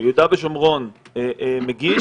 ביהודה ושומרון מגיש,